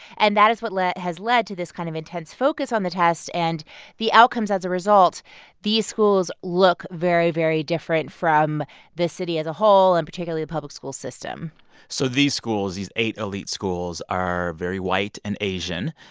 and that is what has led to this kind of intense focus on the test. and the outcomes as a result these schools look very, very different from the city as a whole and particularly the public school system so these schools these eight elite schools are very white and asian.